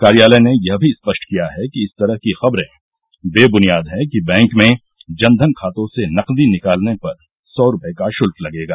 कार्यालय ने यह भी स्पष्ट किया है कि इस तरह की खबरें बेबुनियाद हैं कि बैंक में जन धन खातों से नकदी निकालने पर सौ रूपये का शुल्क लगेगा